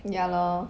ya lor